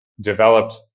developed